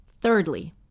Thirdly